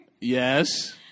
Yes